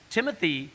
Timothy